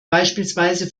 beispielsweise